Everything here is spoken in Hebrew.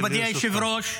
מכובדי היושב-ראש,